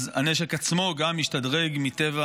אז הנשק עצמו גם ישתדרג, מטבע